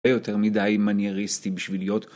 הרבה יותר מדי מנייריסטי בשביל להיות